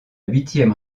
huitième